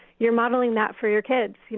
you're modeling that for your kids.